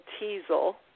teasel